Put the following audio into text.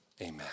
Amen